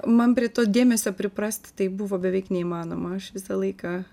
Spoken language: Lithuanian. man prie to dėmesio priprast tai buvo beveik neįmanoma aš visą laiką